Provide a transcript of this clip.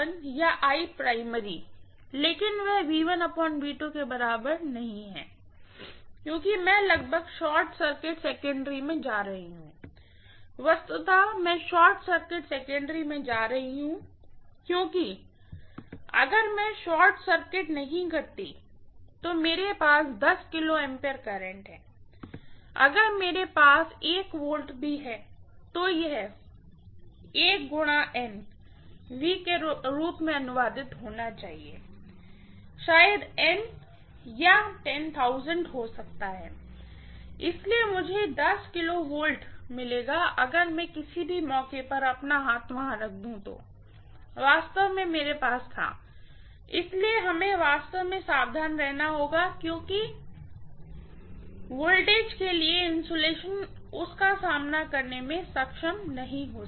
या लेकिन वह के बराबर नहीं है क्योंकि मैं लगभग शॉर्ट सर्किट सेकेंडरी में जा रही हूँ वस्तुतः मैं शॉर्ट सर्किट सेकेंडरी में जा रही हूँ क्योंकि अगर मैं शॉर्ट सर्किट नहीं करती हूँ अगर मेरे पास kA करंट है अगर मेरे पास V भी है तो यह V के रूप में अनुवादित होना चाहिए शायद N या हो सकता है इसलिए मुझे kV मिलेगा अगर मैं किसी भी मौके पर अपना हाथ वहां रख दूं तो वास्तव में मेरे पास था इसलिए हमें वास्तव में सावधान रहना होगा क्योंकि के वोल्टेज के लिए इन्सुलेशन उस का सामना करने में सक्षम नहीं हो सकता